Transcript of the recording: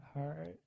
heart